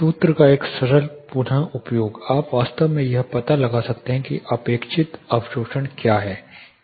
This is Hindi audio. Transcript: सूत्र का एक सरल पुन उपयोग आप वास्तव में यह पता लगा सकते हैं कि अपेक्षित अवशोषण क्या है